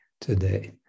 today